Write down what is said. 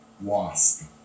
wasp